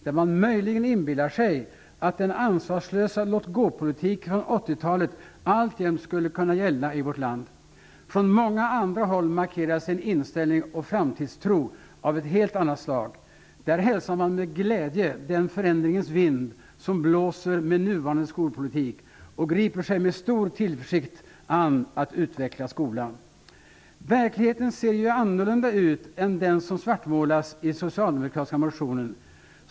Där inbillar man sig möjligen att den ansvarslösa låt-gåpolitiken från 80-talet alltjämt gäller i vårt land. Från många andra håll markeras en inställning och framtidstro av ett helt annat slag. Där hälsar man med glädje den förändringens vind som blåser med nuvarande skolpolitik och griper sig med stor tillförsikt an att utveckla skolan. Verkligheten ser ju annorlunda ut än den svartmålning som finns i den socialdemokratiska motionen.